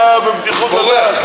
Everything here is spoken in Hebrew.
אתה בבדיחות הדעת.